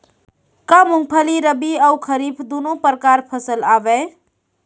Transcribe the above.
का मूंगफली रबि अऊ खरीफ दूनो परकार फसल आवय?